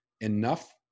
enough